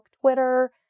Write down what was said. Twitter